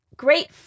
Great